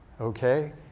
okay